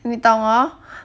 你懂 hor